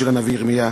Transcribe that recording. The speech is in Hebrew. תפילתו של הנביא ירמיה: